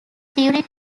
during